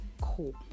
Cool